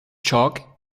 chalk